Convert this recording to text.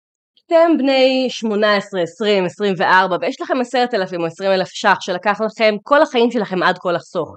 אתם בני 18, 20, 24 ויש לכם עשרת אלפים או עשרים אלף שח שלקח לכם כל החיים שלכם עד כה לחסוך